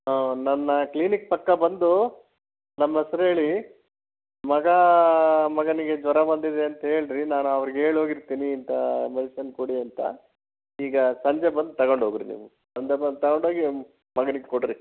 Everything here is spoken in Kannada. ಹಾಂ ನನ್ನ ಕ್ಲಿನಿಕ್ ಪಕ್ಕ ಬಂದು ನಮ್ಮ ಹೆಸ್ರ್ ಹೇಳೀ ಮಗ ಮಗನಿಗೆ ಜ್ವರ ಬಂದಿದೆ ಅಂತ ಹೇಳ್ರಿ ನಾನು ಅವ್ರಿಗೆ ಹೇಳ್ ಹೋಗಿರ್ತಿನಿ ಇಂಥ ಮೆಡಿಸನ್ ಕೊಡಿ ಅಂತ ಈಗ ಸಂಜೆ ಬಂದು ತಗಂಡು ಹೋಗ್ರಿ ನೀವು ಸಂಜೆ ಬಂದು ತಗಂಡು ಹೋಗಿ ಮಗನಿಗೆ ಕೊಡ್ರಿ